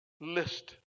list